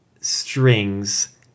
strings